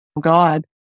god